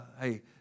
hey